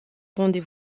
rendez